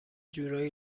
جورایی